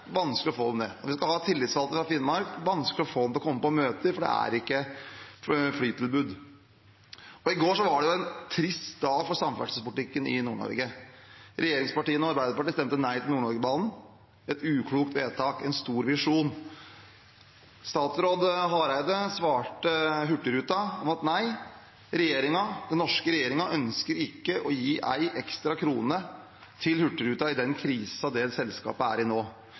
vanskelig å få dem ned. Når vi skal ha tillitsvalgte fra Finnmark, er det vanskelig å få dem til å komme på møter, for det er ikke flytilbud. I går var det en trist dag for samferdselspolitikken i Nord-Norge. Regjeringspartiene og Arbeiderpartiet stemte nei til Nord-Norge-banen, et uklokt vedtak i en stor visjon. Statsråd Hareide svarte Hurtigruten at nei, regjeringen – den norske regjeringen – ønsker ikke å gi en ekstra krone til Hurtigruten i den krisen det selskapet er i nå.